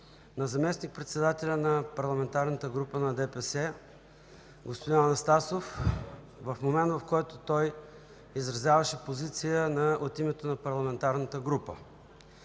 на заместник-председателя на Парламентарната група на ДПС господин Анастасов в момент, в който той изразяваше позиция от името на парламентарната група.